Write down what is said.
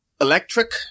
electric